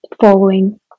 following